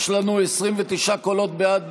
יש לנו 29 קולות בעד,